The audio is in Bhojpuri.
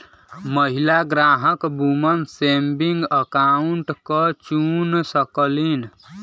महिला ग्राहक वुमन सेविंग अकाउंट क चुन सकलीन